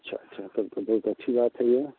अच्छा अच्छा फिर तो बहुत अच्छी बात है यह